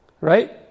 Right